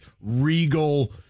regal